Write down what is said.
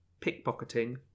pickpocketing